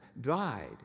died